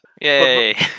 Yay